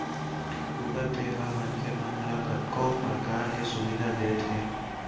Google Pay ह मनखे मन ल कतको परकार के सुभीता देत हे